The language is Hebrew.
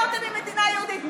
מה השארתם מהמדינה היהודית?